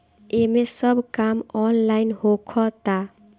एमे सब काम ऑनलाइन होखता